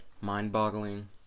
mind-boggling